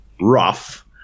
rough